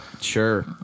Sure